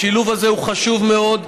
השילוב הזה הוא חשוב מאוד,